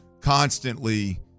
constantly